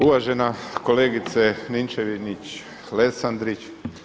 Uvažena kolegice Ninčević-Lesandrić.